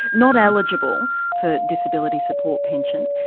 not eligible for disability support pension,